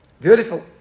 Beautiful